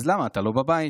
אז למה אתה לא בבית?